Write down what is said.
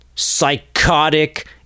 psychotic